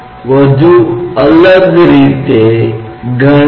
एक मुक्त सतह का एक तकनीकी प्रदर्शन है